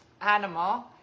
animal